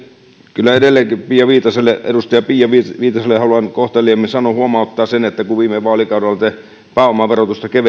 kyllä edelleenkin edustaja pia viitaselle haluan kohteliaimmin huomauttaa että viime vaalikaudella te pääomaverotusta